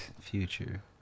Future